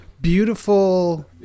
beautiful